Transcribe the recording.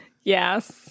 yes